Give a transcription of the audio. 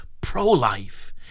pro-life